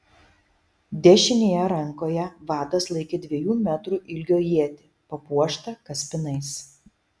dešinėje rankoje vadas laikė dviejų metrų ilgio ietį papuoštą kaspinais